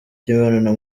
cy’imibonano